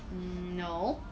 mm no